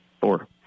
four